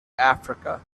africa